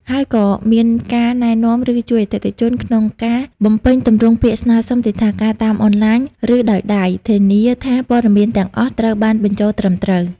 ហើយក៏មានការណែនាំ ឬជួយអតិថិជនក្នុងការបំពេញទម្រង់ពាក្យស្នើសុំទិដ្ឋាការតាមអនឡាញ ឬដោយដៃ ធានាថាព័ត៌មានទាំងអស់ត្រូវបានបញ្ចូលត្រឹមត្រូវ។